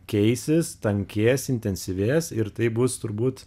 keisis tankės intensyvės ir tai bus turbūt